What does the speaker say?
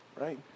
right